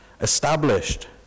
established